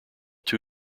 two